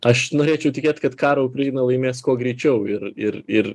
aš norėčiau tikėt kad karą ukraina laimės kuo greičiau ir ir ir